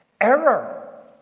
Error